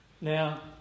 Now